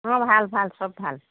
অঁ ভাল ভাল চব ভাল